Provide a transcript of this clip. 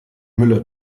müller